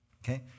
Okay